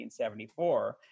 1974